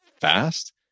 fast